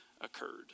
occurred